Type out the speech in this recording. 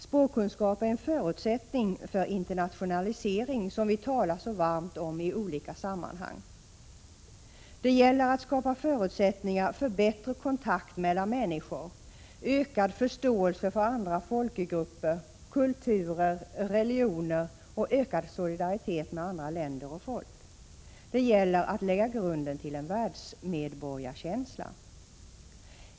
Språkkunskaper är en förutsättning för internationalisering, som vi talar så varmt om i olika sammanhang. Det gäller att skapa förutsättningar för bättre kontakt mellan människor, ökad förståelse för andra folkgrupper, kulturer, religioner och ökad solidaritet mellan andra länder och folk. Det gäller att lägga grunden till en världsmedborgarkänsla.